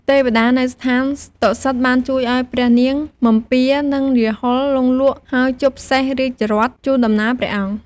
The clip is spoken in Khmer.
ទេវតានៅស្ថានតុសិតបានជួយឲ្យព្រះនាងពិម្ពា និងរាហុល លង់លក់ ហើយជប់សេះរាជរដ្ឋជូនដំណើរព្រះអង្គ។